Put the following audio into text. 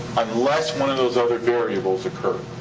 unless one of those other variables occur.